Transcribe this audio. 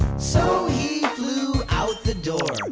so he flew out the door.